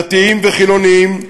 דתיים וחילונים,